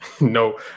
no